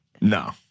No